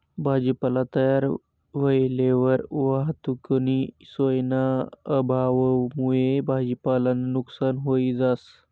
भाजीपाला तयार व्हयेलवर वाहतुकनी सोयना अभावमुये भाजीपालानं नुकसान व्हयी जास